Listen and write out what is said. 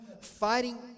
fighting